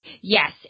yes